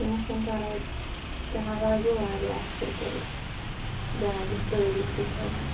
کیٚنٛہہ چھُنہٕ پَرٕواے تِمَن لگاوٕ واریاہ اصٕل تِلہٕ بیٛاکھ گژھِ تعٲریٖفٕے کَرُن